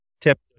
tip